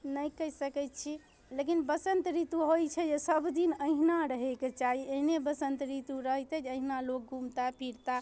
नहि कहि सकै छी लेकिन बसन्त ऋतु होइ छै जे सबदिन एहिना रहैके चाही एहने बसन्त ऋतु रहितै जे एहिना लोक घुमता फिरता